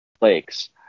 lakes